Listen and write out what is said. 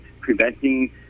preventing